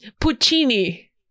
puccini